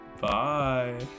bye